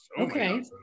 okay